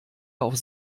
auf